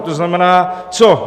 To znamená co?